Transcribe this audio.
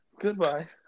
Goodbye